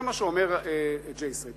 זה מה שאומרת J Street.